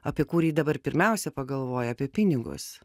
apie kurį dabar pirmiausia pagalvoji apie pinigus